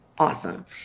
Awesome